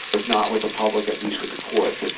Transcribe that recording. but if not with the public at least with the courts.